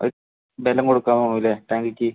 അത് ബലം കൊടുക്കാമല്ലേ ട്ടാങ്കിക്ക്